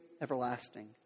everlasting